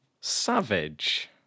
Savage